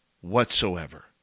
whatsoever